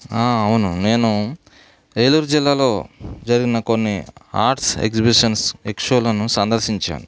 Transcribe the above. అవును నేను ఏలూరు జిల్లాలో జరిగిన కొన్ని ఆర్ట్స్ ఎగ్జిబిషన్స్ ఎక్స్పోలను సందర్శించాను